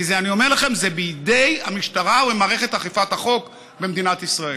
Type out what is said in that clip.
כי אני אומר לכם: זה בידי המשטרה ומערכת אכיפת החוק במדינת ישראל.